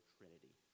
Trinity